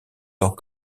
temps